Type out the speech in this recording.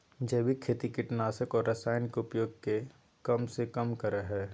जैविक खेती कीटनाशक और रसायन के उपयोग के कम से कम करय हइ